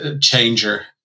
changer